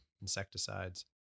insecticides